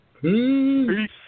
Peace